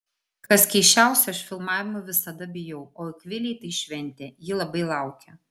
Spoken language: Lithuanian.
kas keisčiausia aš filmavimų visada bijau o akvilei tai šventė ji labai laukia